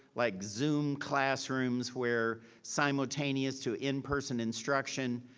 like zoom classrooms, where simultaneous to in-person instruction.